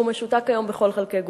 והוא משותק היום בכל חלקי גופו.